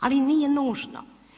Ali nije nužno.